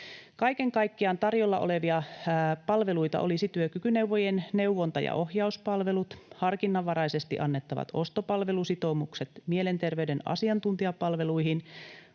Kaiken kaikkiaan tarjolla olevia palveluita olisi työkykyneuvojien neuvonta- ja ohjauspalvelut, harkinnanvaraisesti annettavat ostopalvelusitoumukset mielenterveyden asiantuntijapalveluihin,